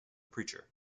preacher